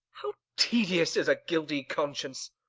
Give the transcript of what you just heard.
how tedious is a guilty conscience!